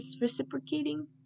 reciprocating